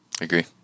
agree